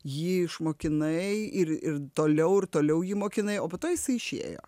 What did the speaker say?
jį išmokinai ir ir toliau ir toliau jį mokinai o po to jisai išėjo